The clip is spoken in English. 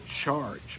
charge